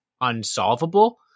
unsolvable